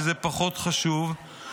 שזה פחות חשוב,